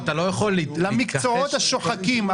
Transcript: למקצועות השוחקים.